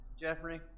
Jeffrey